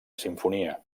simfonia